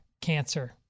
cancer